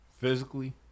Physically